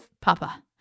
Papa